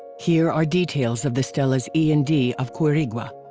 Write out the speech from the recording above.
here are details of the stelas e and d of quirigua.